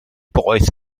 boeth